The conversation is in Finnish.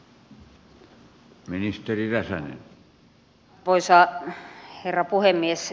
arvoisa herra puhemies